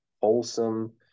wholesome